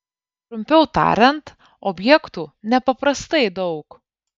trumpiau tariant objektų nepaprastai daug